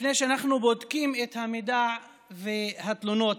לפני שאנחנו בודקים את המידע והתלונות.